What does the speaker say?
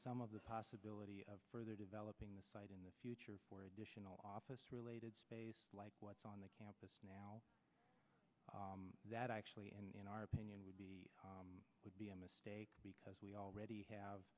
some of the possibility of further developing the site in the future for additional office related space like what's on the campus now that actually and in our opinion would be a mistake because we already have